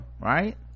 right